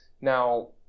Now